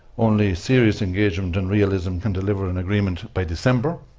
only serious engagement and realism can deliver an agreement by december.